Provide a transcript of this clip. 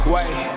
Wait